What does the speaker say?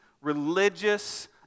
religious